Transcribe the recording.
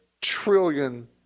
trillion